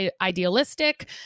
idealistic